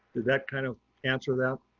did that kind of answer that?